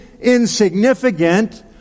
insignificant